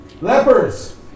Lepers